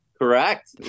Correct